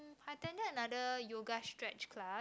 I attended another yoga stretch class